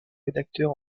rédacteur